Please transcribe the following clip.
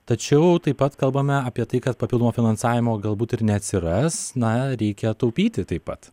tačiau taip pat kalbame apie tai kad papildomo finansavimo galbūt ir neatsiras na reikia taupyti taip pat